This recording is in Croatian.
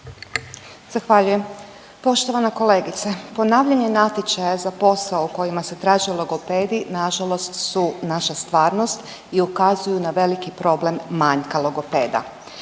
Zahvaljujem. Poštovana kolegice ponavljanje natječaja za posao kojima se traže logopedi na žalost su naša stvarnost i ukazuju na velik problem manjka logopeda.